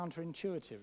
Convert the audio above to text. counterintuitive